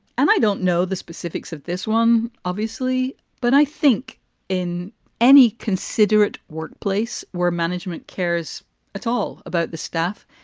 and i don't know the specifics of this one, obviously, but i think in any considerate workplace where management cares at all about the staff,